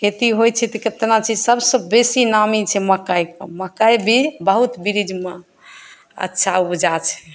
खेती होइ छै तऽ केतना चीज सभसँ बेसी नामी छै मकइके मकइ भी बहुत बिरिजमे अच्छा उपजा छै